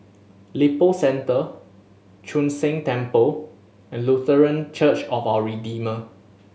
Lippo Centre Chu Sheng Temple and Lutheran Church of Our Redeemer